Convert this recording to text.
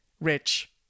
rich